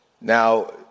Now